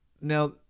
Now